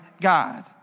God